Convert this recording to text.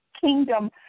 kingdom